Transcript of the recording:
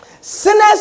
Sinners